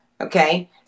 Okay